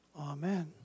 Amen